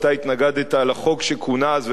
אתה התנגדת לחוק שכונה אז,